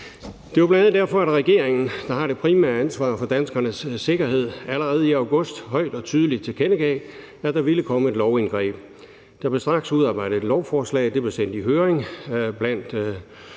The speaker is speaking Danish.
Det var bl.a. derfor, at regeringen, der har det primære ansvar for danskernes sikkerhed, allerede i august højt og tydeligt tilkendegav, at der ville komme et lovindgreb. Der blev straks udarbejdet et lovforslag, det blev sendt i høring blandt